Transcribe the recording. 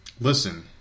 listen